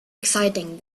exciting